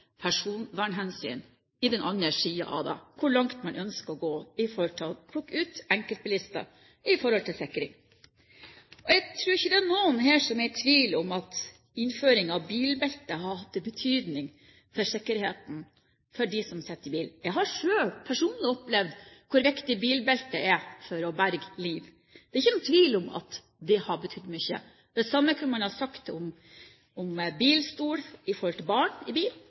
personvernhensyn i den andre enden av det – hvor langt man ønsker å gå med tanke på å plukke ut enkeltbilister i forhold til sikring. Jeg tror ikke det er noen her som er i tvil om at innføringen av bilbeltet har hatt en betydning for sikkerheten for dem som sitter i bilen. Jeg har selv personlig opplevd hvor viktig bilbeltet er for å berge liv. Det er ingen tvil om at det har betydd mye. Det samme kunne man ha sagt om bilstol for barn i bil,